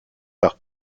par